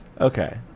okay